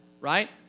right